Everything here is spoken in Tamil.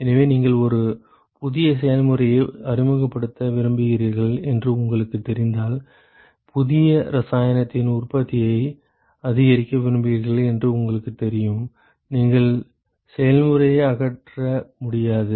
எனவே நீங்கள் ஒரு புதிய செயல்முறையை அறிமுகப்படுத்த விரும்புகிறீர்கள் என்று உங்களுக்குத் தெரிந்தால் புதிய இரசாயனத்தின் உற்பத்தியை அதிகரிக்க விரும்புகிறீர்கள் என்று உங்களுக்குத் தெரியும் நீங்கள் செயல்முறையை அகற்ற முடியாது